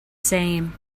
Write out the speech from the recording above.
same